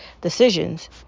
decisions